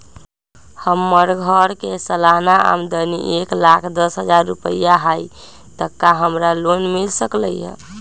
हमर घर के सालाना आमदनी एक लाख दस हजार रुपैया हाई त का हमरा लोन मिल सकलई ह?